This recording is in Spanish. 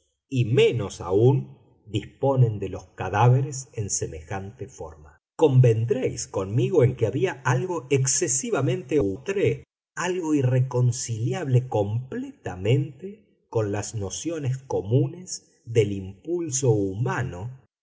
y menos aún disponen de los cadáveres en semejante forma convendréis conmigo en que había algo excesivamente outré algo irreconciliable completamente con las nociones comunes del impulso humano